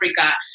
Africa